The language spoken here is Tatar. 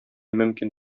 мөмкин